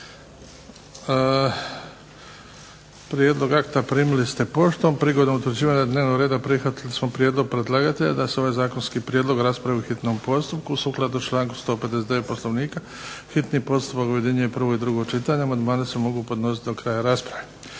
Prijedlog akta primili ste poštom. Prigodom utvrđivanja dnevnog reda prihvatili smo prijedlog predlagatelja da se ovaj zakonski prijedlog raspravi u hitnom postupku. Sukladno članku 159. Poslovnika hitni postupak objedinjuje prvo i drugo čitanje. Amandmani se mogu podnositi do kraja rasprave.